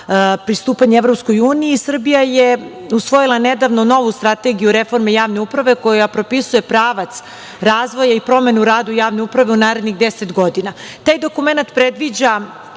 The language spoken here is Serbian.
pristupanje EU. Srbija je usvojila nedavno novu Strategiju reforme javne uprave koja propisuje pravac razvoja i promenu u radu javne uprave u narednih 10 godina. Taj dokumenat predviđa